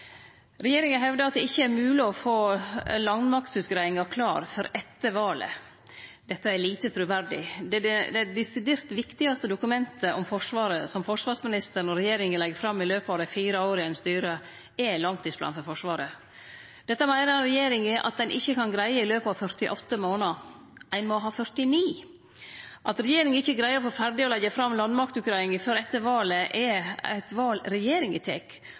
Regjeringa hevdar at det ikkje er mogleg å få landmaktutgreiinga klar før etter valet. Dette er lite truverdig. Det desidert viktigaste dokumentet om Forsvaret som forsvarsminister og regjering legg fram i løpet av dei fire åra ein styrer, er langtidsplanen for Forsvaret. Dette meiner regjeringa at ein ikkje kan greie i løpet av 48 månader, ein må ha 49. At regjeringa ikkje greier å få ferdig og leggje fram landmaktutgreiinga før etter valet, er eit val regjeringa tek, og det er eit val me ser oss svært usamde i,